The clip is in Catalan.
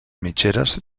mitgeres